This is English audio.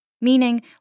Meaning